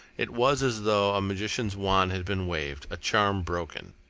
it was as though a magician's wand had been waved, a charm broken.